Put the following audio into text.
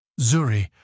Zuri